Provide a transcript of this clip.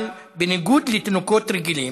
אבל בניגוד לתינוקות רגילים,